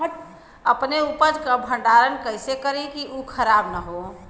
अपने उपज क भंडारन कइसे करीं कि उ खराब न हो?